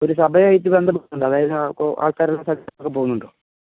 ഒരു സഭയായിട്ട് ബന്ധപ്പെട്ടിട്ടുണ്ട് അതായത് ആള്ക്കാരോരോ സ്ഥലത്തേക്കൊക്കെ പോവുന്നുണ്ടോ